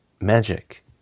magic